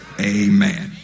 Amen